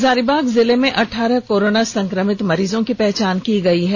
हजारीबाग जिले में अट्टारह कोरोना संक्रमित मरीजों की पहचान की गई है